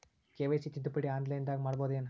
KYC ತಿದ್ದುಪಡಿ ಆನ್ಲೈನದಾಗ್ ಮಾಡ್ಬಹುದೇನು?